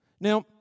Now